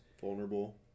Vulnerable